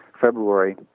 February